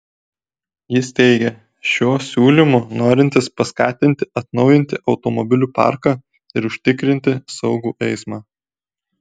jis teigia šiuo siūlymu norintis paskatinti atnaujinti automobilių parką ir užtikrinti saugų eismą